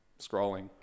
scrolling